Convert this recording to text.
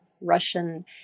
Russian